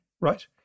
right